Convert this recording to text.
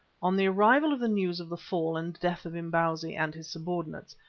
on the arrival of the news of the fall and death of imbozwi and his subordinates,